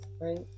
right